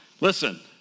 listen